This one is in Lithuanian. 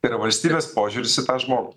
ir valstybės požiūris į tą žmogų